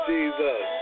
Jesus